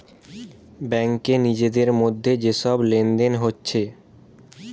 ব্যাংকে নিজেদের মধ্যে যে সব লেনদেন হচ্ছে